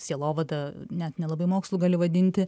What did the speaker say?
sielovadą net nelabai mokslu gali vadinti